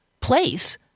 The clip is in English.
place